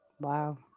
Wow